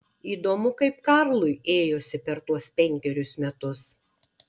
įdomu kaip karlui ėjosi per tuos penkerius metus